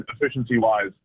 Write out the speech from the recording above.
efficiency-wise